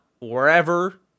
wherever